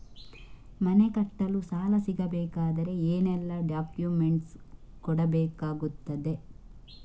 ಮನೆ ಕಟ್ಟಲು ಸಾಲ ಸಿಗಬೇಕಾದರೆ ಏನೆಲ್ಲಾ ಡಾಕ್ಯುಮೆಂಟ್ಸ್ ಕೊಡಬೇಕಾಗುತ್ತದೆ?